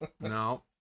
No